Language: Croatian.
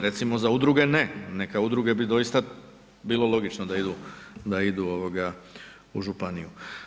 Recimo za udruge ne, neke udruge bi doista bilo logično da idu u županiju.